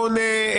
קונה,